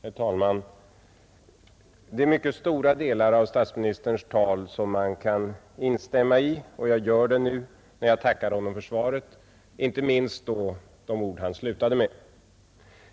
Herr talman! Det är mycket stora delar av statsministerns tal som man kan instämma i, och jag gör det nu när jag tackar honom för svaret, inte minst då de ord han slutade med.